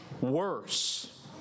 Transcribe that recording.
worse